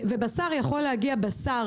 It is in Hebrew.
ובשר יכול להגיע בשר,